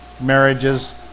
marriages